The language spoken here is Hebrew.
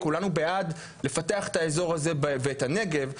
כולנו בעד לפתח את האזור הזה ואת הנגב,